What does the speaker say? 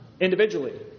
individually